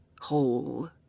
whole